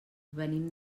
venim